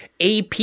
AP